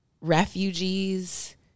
refugees